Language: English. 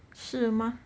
是吗